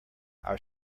our